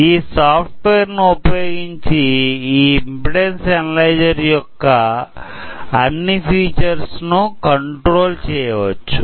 ఈ software ను ఉపయోగించి ఈ ఇంపిడెన్సు అనలైజర్ యొక్క అన్ని ఫీచర్స్ ను కంట్రోల్ చేయవచ్చు